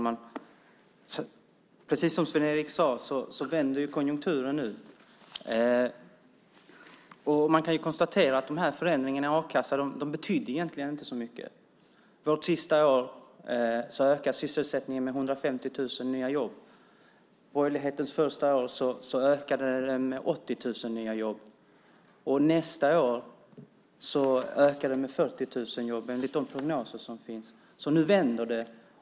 Herr talman! Som Sven-Erik sade vänder konjunkturen nu. Man kan konstatera att förändringarna i a-kassan inte betydde så mycket. Vårt sista år ökade sysselsättningen med 150 000 nya jobb. Borgerlighetens första år ökade den med 80 000 nya jobb. Nästa år ökar den med 40 000 jobb enligt de prognoser som finns. Nu vänder det.